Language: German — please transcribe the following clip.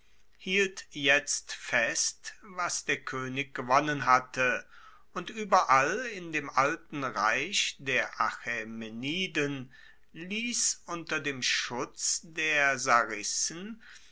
hielt jetzt fest was der koenig gewonnen hatte und ueberall in dem alten reich der achaemeniden liess unter dem schutz der